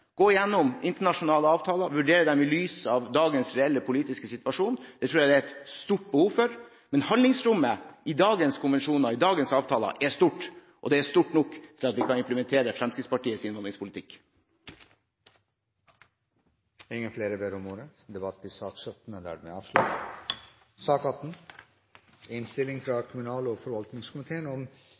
gå igjennom internasjonale avtaler, vurdere dem i lys av dagens reelle politiske situasjon. Det tror jeg det er stort behov for. Men handlingsrommet i dagens konvensjoner, i dagens avtaler, er stort, og det er stort nok til at vi kan implementere Fremskrittspartiets innvandringspolitikk. Flere har ikke bedt om ordet til sak nr. 17. Etter ønske fra kommunal- og forvaltningskomiteen